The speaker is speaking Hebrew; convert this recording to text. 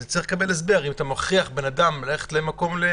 אז אם אתה מכריח בן אדם ללכת למלונית,